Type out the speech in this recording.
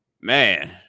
Man